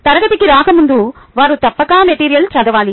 తరగతికి రాకముందు వారు తప్పక మెటీరియల్ చదవాలి